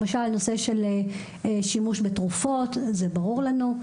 למשל הנושא של שימוש בתרופות, זה ברור לנו.